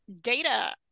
data